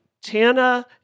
Tana